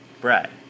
bread